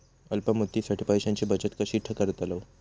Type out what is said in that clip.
अल्प मुदतीसाठी पैशांची बचत कशी करतलव?